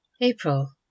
April